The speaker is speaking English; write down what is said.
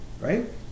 right